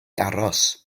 aros